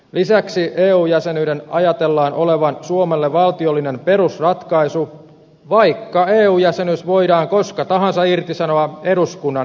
lisäksi eu jäsenyyden ajatellaan olevan suomelle valtiollinen perusratkaisu vaikka eu jäsenyys voidaan koska tahansa irtisanoa eduskunnan enemmistön päätöksellä